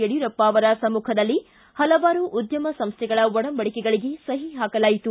ಯಡಿಯೂರಪ್ಪ ಅವರ ಸಮ್ಯಖದಲ್ಲಿ ಹಲವಾರು ಉದ್ದಮ ಸಂಸ್ಥೆಗಳ ಒಡಂಬಡಿಕೆಗಳಿಗೆ ಸಹಿ ಹಾಕಲಾಯಿತು